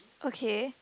okay